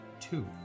Two